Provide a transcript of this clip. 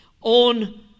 on